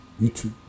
YouTube